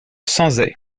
sanzay